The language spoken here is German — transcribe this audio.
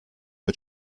mit